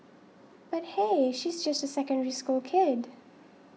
but hey she's just a Secondary School kid